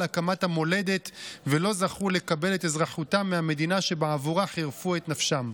הקמת המולדת ולא זכו לקבל את אזרחותם מהמדינה שבעבורה חירפו את נפשם.